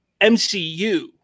MCU